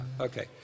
Okay